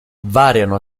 variano